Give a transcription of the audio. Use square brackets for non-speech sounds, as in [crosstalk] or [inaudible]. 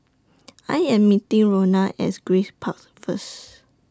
[noise] I Am meeting Ronna At Grace Park First